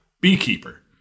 beekeeper